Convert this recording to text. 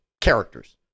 characters